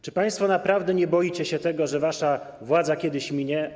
Czy państwo naprawdę nie boicie się tego, że wasza władza kiedyś minie?